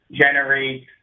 generate